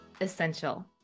essential